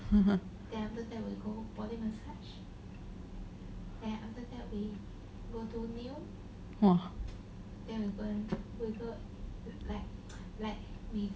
!wah!